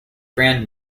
brand